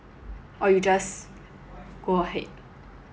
or you just go ahead